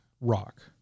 Rock